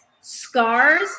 scars